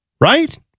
right